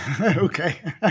okay